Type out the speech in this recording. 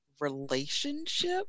relationship